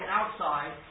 outside